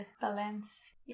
balance